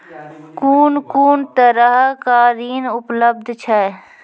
कून कून तरहक ऋण उपलब्ध छै?